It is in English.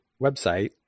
website